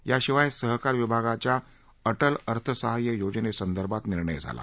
याशिवाय सहकार विभागाच्या अधि अर्थसहाय्य योजनेसंदर्भात निर्णय झाला